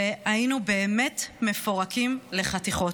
היינו באמת מפורקים לחתיכות.